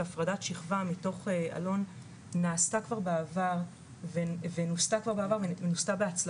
של הפרדת שכבה מתוך אלון נעשה כבר בעבר ונוסה כבר בעבר בהצלחה,